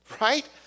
right